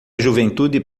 juventude